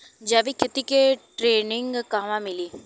जैविक खेती के ट्रेनिग कहवा मिली?